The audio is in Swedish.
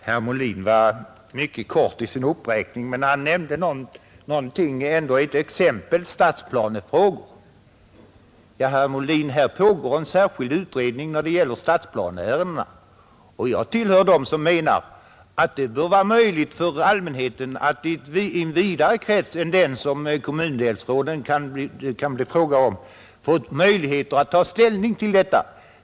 Herr talman! Herr Molin var mycket kortfattad i sin uppräkning, men han nämnde ändå ett exempel: stadsplanefrågor. Men, herr Molin, här pågår en särskild utredning när det gäller stadsplaneärendena. Jag tillhör dem som menar att det bör vara möjligt för allmänheten att i en vidare krets än kommundelsråden kan bli få ta ställning till sådana saker.